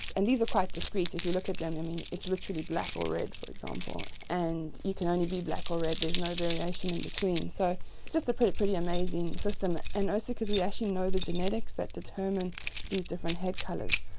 and these are quite discrete. if you look at them, it's literally black or red, for example, and you can only be black or red, there's no variation in between. so it's just a pretty pretty amazing system, and also because we actually know the genetics that determine these different head colours,